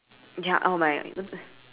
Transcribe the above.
ya all my